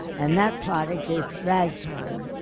and that product is ragtime,